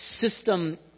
system